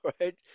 right